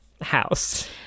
house